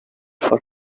for